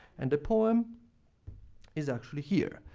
and the poem is actually here.